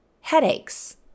headaches